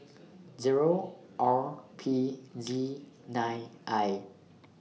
Zero R P Z nine I